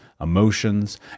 emotions